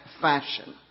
Fashion